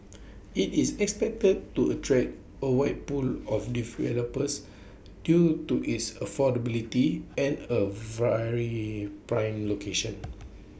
IT is expected to attract A wide pool of developers due to its affordability and A very prime location